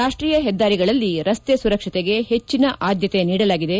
ರಾಷ್ಟೀಯ ಹೆದ್ದಾರಿಗಳಲ್ಲಿ ರಸ್ತೆ ಸುರಕ್ಷತೆಗೆ ಪೆಚ್ಚಿನ ಆದ್ಯತೆ ನೀಡಲಾಗಿದೆ